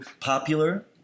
popular